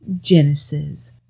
Genesis